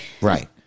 Right